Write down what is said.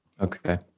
Okay